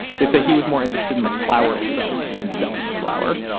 they say he was more interested in the flower itself than selling the flower,